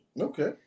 Okay